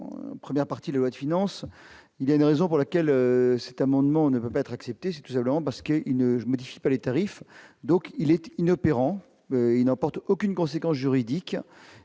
Bon. Première partie : la loi de finances il y a une raison pour laquelle cette amendement, on ne peut pas être accepté, c'est tout simplement parce que il ne modifie pas les tarifs, donc il était inopérant, il n'apporte aucune conséquence juridique